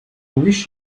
wish